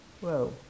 Whoa